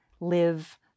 live